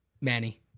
Manny